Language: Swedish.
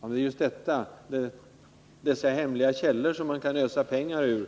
Men det är just dessa hemliga källor, som vpk anser att man kan ösa pengar ur